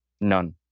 none